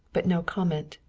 but no comment.